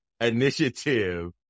initiative